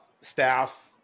staff